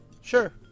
Sure